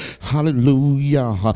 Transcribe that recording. hallelujah